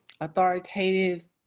authoritative